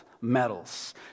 medals